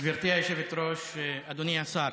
גברתי היושבת-ראש, אדוני השר,